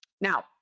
Now